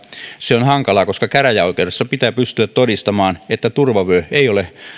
se on hankalaa koska käräjäoikeudessa pitää pystyä todistamaan että turvavyö ei ole